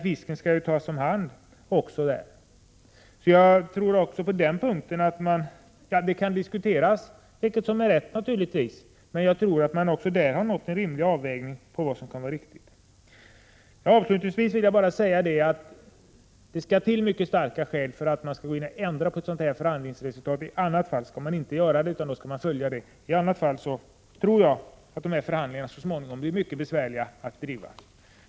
Fisken skall ju tas om hand också där. Även på denna punkt kan man alltså diskutera vilket som är rätt, men jag tror att man också där nått en rimlig avvägning. Avslutningsvis vill jag upprepa att det skall till mycket starka skäl för att gå in och ändra på ett förhandlingsresultat. I annat fall blir förhandlingarna så småningom mycket besvärliga. Herr talman!